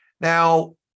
Now